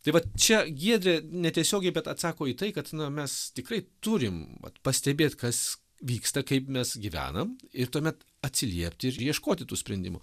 tai vat čia giedrė netiesiogiai bet atsako į tai kad mes tikrai turim vat pastebėt kas vyksta kaip mes gyvenam ir tuomet atsiliepti ir ieškoti tų sprendimų